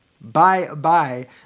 bye-bye